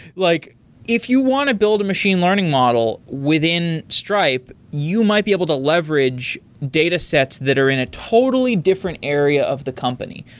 like if you want to build a machine learning model within stripe, you might be able to leverage datasets that are in a totally different area of the company.